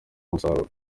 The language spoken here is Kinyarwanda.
umusaruro